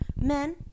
men